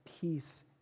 peace